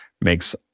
makes